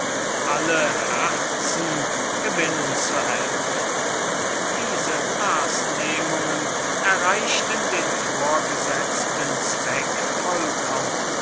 alle herzen zu gewinnen diese maßnehmungen erreichten den vorgesetzten zweck vollkommen